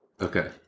Okay